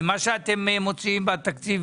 עליית המדד מחייבת אותי להוציא 120 שקלים.